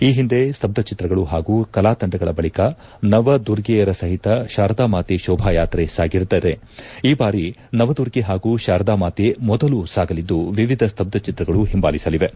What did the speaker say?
ಈ ಹಿಂದೆ ಸ್ತಬ್ಧ ಚಿತ್ರಗಳು ಹಾಗೂ ಕಲಾತಂಡಗಳ ಬಳಿಕ ನವದುರ್ಗೆಯರ ಸಹಿತ ಶಾರದಾಮಾತೆ ಶೋಭಾಯಾತ್ರೆ ಸಾಗಿದರೆ ಈ ಬಾರಿ ನವದುರ್ಗೆ ಪಾಗೂ ಶಾರದಾ ಮಾತೆ ಮೊದಲು ಸಾಗಲಿದ್ದು ವಿವಿಧ ಸ್ತಬ್ಧ ಚಿತ್ರಗಳು ಹಿಂಬಾಲಿಸಲಿವೆ